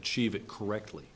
achieve it correctly